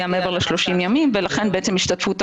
צריכה להתייחס למגזר הזה ולפצות אותו בהתאם.